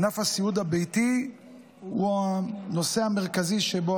ענף הסיעוד הביתי הוא הנושא המרכזי שאליו